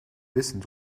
wissen